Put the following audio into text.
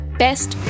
best